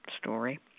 story